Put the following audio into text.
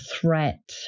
threat